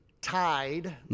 tied